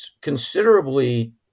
considerably